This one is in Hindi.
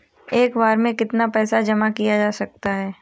एक बार में कितना पैसा जमा किया जा सकता है?